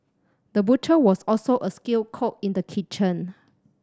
the butcher was also a skilled cook in the kitchen